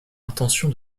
l’intention